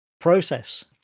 process